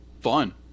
fun